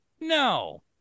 No